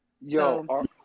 Yo